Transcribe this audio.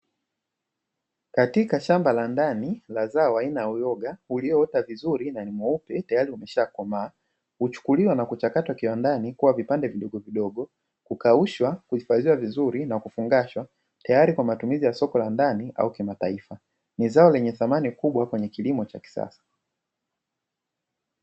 Katika shamba la ndani la zao aina ya uyoga ulioota vizuri na ni mweupe tayari umeshakomaa. Huchukuliwa na kuchakatwa kiwandani kwa vipande vidogovidogo kukaushwa, kuhifadhiwa vizuri na kufungashwa tayari kwa matumizi ya soko la ndani au kimataifa. Ni zao lenye thamani kubwa kwenye kilimo cha kisasa.